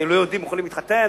שהלא-יהודים יכולים להתחתן?